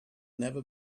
never